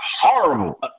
horrible